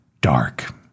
dark